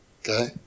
Okay